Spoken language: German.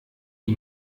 die